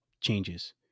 changes